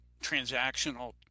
transactional